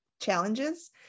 challenges